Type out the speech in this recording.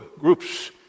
groups